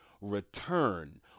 return